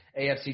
AFC